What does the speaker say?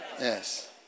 Yes